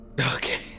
Okay